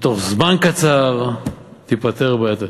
ובתוך זמן קצר תיפתר הבעיה.